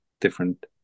different